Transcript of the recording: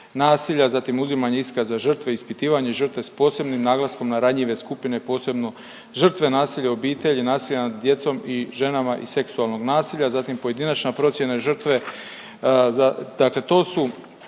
naselja, zatim uzimanja iskaza žrtve, ispitivanje žrtve s posebnim naglaskom na ranjive skupine posebno žrtve nasilja u obitelji i nasilja nad djecom i ženama i seksualnog nasilja, zatim pojedinačna procjena žrtve, dakle to su